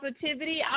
positivity